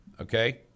Okay